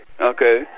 Okay